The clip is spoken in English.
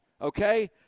okay